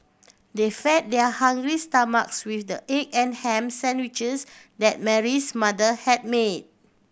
they fed their hungry stomachs with the egg and ham sandwiches that Mary's mother had made